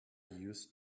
used